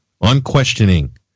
unquestioning